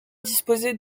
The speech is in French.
disposait